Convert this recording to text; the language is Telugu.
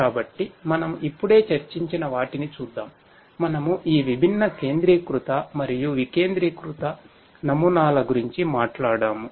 కాబట్టి మనం ఇప్పుడే చర్చించిన వాటిని చూద్దాం మనము ఈ విభిన్న కేంద్రీకృత మరియు వికేంద్రీకృత నమూనాల గురించి మాట్లాడాము